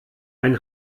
ein